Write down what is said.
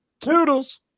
Toodles